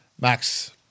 Max